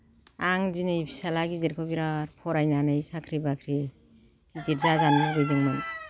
आं दिनै फिसाला गिदिरखौ बिराद फरायनानै साख्रि बाख्रि गिदिर जाजानो लुबैदोंमोन